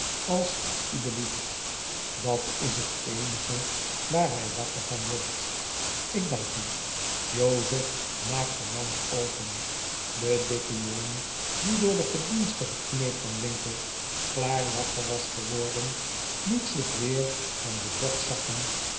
als het u belieft dat is het eenige waar hij wakker van wordt ik dank u jozef maak de mand open de dikke jongen die door de gedienstige kneep van winkle klaar wakker was geworden liet zich weer van den